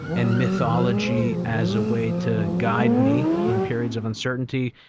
and mythology as a way to guide me in periods of uncertainty.